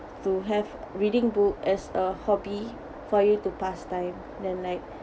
to have reading book as a hobby for you to pass time than like